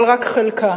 אבל רק חלקה.